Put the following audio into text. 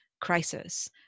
crisis